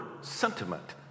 sentiment